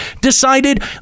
decided